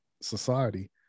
society